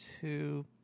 Two